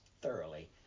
thoroughly